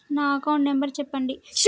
నా account number చెప్పండి?